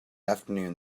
afternoon